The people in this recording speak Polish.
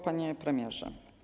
Panie Premierze!